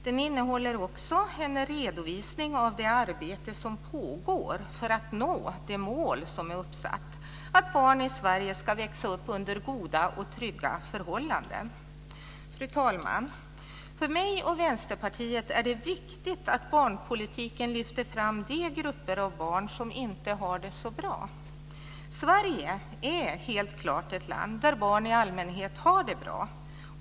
Den innehåller också en redovisning av det arbete som pågår för att nå det mål som är uppsatt, att barn i Sverige ska växa upp under goda och trygga förhållanden. Fru talman! För mig och Vänsterpartiet är det viktigt att barnpolitiken lyfter fram de grupper av barn som inte har det så bra. Sverige är helt klart ett land där barn i allmänhet har det bra.